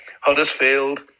Huddersfield